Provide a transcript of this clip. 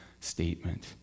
statement